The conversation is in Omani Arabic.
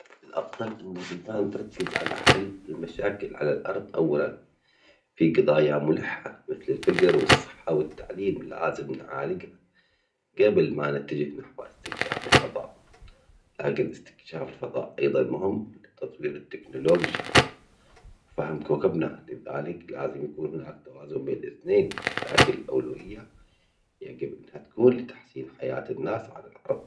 الأفظل إنه البلدان تركز على حل المشاكل على الأرض أولًا، في جضايا ملحة مثل الفقر و الصحة و التعليم لازم نعالجها قبل ما نتجه نحو استكشاف الفضاء، لكن استكشاف الفضاء أيضًا مهم في تطوير التكنولوجيا و فهم كوكبنا، لذلك يجب يكون التوازن بين الاثنين، لكن الأولوية يجب إنها تكون لتحسين حياة الناس على الأرض.